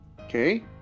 Okay